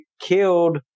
killed